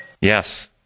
yes